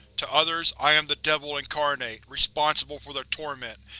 to others, i am the devil incarnate, responsible for their torment,